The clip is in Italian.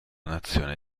nazione